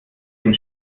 den